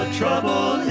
trouble